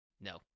No